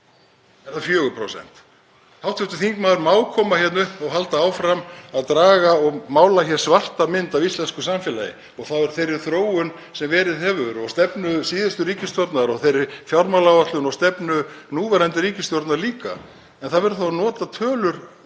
það 4%. Hv. þingmaður má koma hingað upp og halda áfram að draga og mála hér svarta mynd af íslensku samfélagi og þeirri þróun sem verið hefur og stefnu síðustu ríkisstjórnar og þeirri fjármálaáætlun og stefnu núverandi ríkisstjórnar líka. En það verður þá að nota tölur